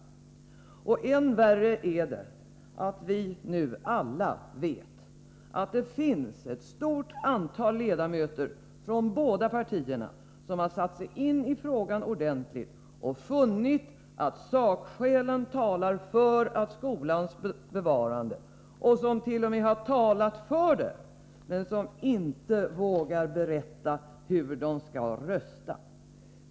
Än värre är det att vi alla vet att ett stort antal ledamöter från de båda partierna ordentligt har satt sig in i frågan och därvid funnit att sakskälen talar för ett bevarande av skolan. Man hart.o.m. talat för ett bevarande. De vågar emellertid inte säga hur de skall rösta.